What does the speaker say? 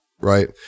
right